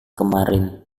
kemarin